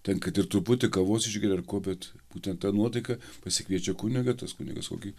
ten kad ir truputį kavos išgeria ar ko bet būten ta nuotaika pasikviečia kunigą tas kunigas kokį